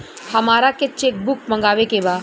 हमारा के cheque book मगावे के बा?